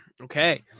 Okay